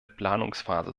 planungsphase